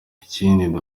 ikindi